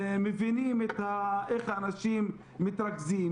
מבינים איך אנשים מתרגזים,